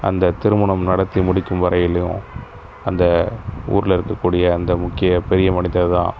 அந்த திருமணம் நடத்தி முடிக்கும் வரையுலேயும் அந்த ஊரில் இருக்கக்கூடிய அந்த முக்கிய பெரிய மனிதர்தான்